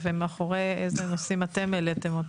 ואיזה נושאים אתם העליתם.